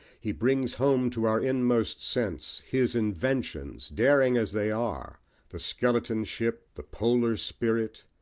he brings home to our inmost sense his inventions, daring as they are the skeleton ship, the polar spirit,